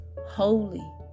holy